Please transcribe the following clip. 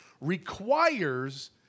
requires